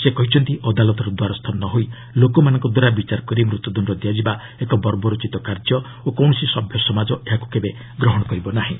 ସେ କହିଛନ୍ତି ଅଦାଲତର ଦ୍ୱାରସ୍ଥ ନ ହୋଇ ଲୋକମାନଙ୍କ ଦ୍ୱାରା ବିଚାର କରି ମୃତ୍ୟୁଦଣ୍ଡ ଦିଆଯିବା ଏକ ବର୍ବରୋଚିତ କାର୍ଯ୍ୟ ଓ କୌଣସି ସଭ୍ୟ ସମାଜ ଏହାକୁ କେବେ ଗ୍ରହଣ କରିପାରିବ ନାହିଁ